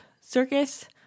circus